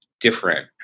different